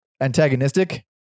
antagonistic